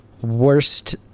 worst